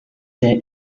der